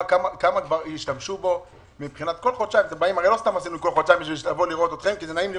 הרי לא סתם עשינו כל חודשיים נעים לראות אתכם,